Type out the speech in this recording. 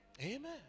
Amen